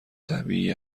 طبیعی